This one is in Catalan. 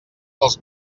dels